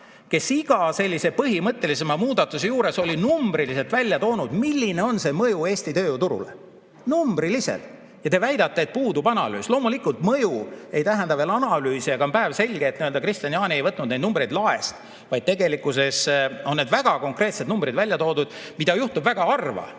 kes iga sellise põhimõttelisema muudatuse juures on numbriliselt välja toonud, milline on mõju Eesti tööjõuturule. Numbriliselt! Ja te väidate, et puudub analüüs. Loomulikult mõju ei tähenda veel analüüsi, aga on päevselge, et Kristian Jaani ei võtnud neid numbreid laest, vaid tegelikult on väga konkreetsed numbrid välja toodud, mida juhtub väga harva.